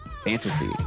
Fantasy